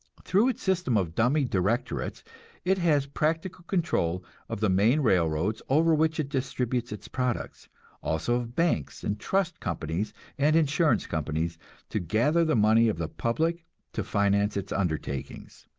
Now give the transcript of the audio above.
through its system of dummy directorates it has practical control of the main railroads over which it distributes its products also of banks and trust companies and insurance companies, to gather the money of the public to finance its undertakings.